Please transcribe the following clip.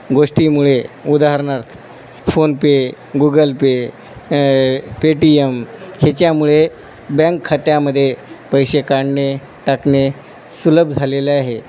गोष्टीमुळे उदाहरणार्थ PhonePe Google Pay Paytm हेच्यामुळे बँक खात्यामध्ये पैसे काढणे टाकणे सुलभ झालेले आहे